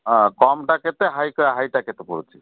ହଁ କମ୍ ଟା କେତେ ହାଇ ହାଇ'ଟା କେତେ ପଡ଼ୁଛି